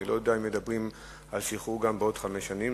אני לא יודע אם מדברים שם על שחרור גם בעוד חמש שנים,